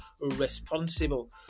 responsible